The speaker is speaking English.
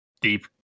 deep